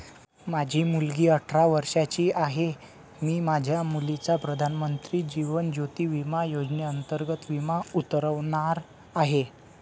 माझी मुलगी अठरा वर्षांची आहे, मी माझ्या मुलीचा प्रधानमंत्री जीवन ज्योती विमा योजनेअंतर्गत विमा उतरवणार आहे